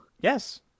Yes